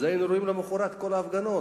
היינו רואים למחרת את כל ההפגנות.